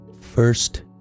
First